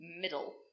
middle